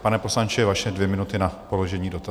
Pane poslanče, vaše dvě minuty na položení dotazu.